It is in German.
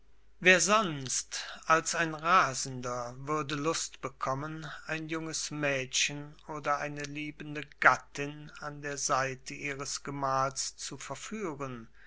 wer sonst als ein rasender würde lust bekommen ein junges mädchen oder eine liebende gattin an der seite ihres gemahls zu verführen